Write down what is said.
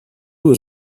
was